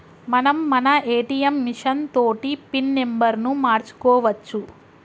మనం మన ATM machine తోటి పిన్ నెంబర్ను మార్చుకోవచ్చు